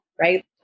Right